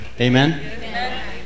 Amen